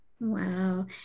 Wow